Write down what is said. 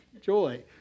joy